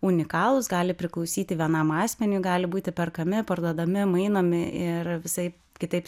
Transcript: unikalūs gali priklausyti vienam asmeniui gali būti perkami parduodami mainomi ir visaip kitaip